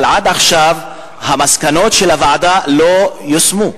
אבל עד עכשיו המסקנות של הוועדה לא יושמו.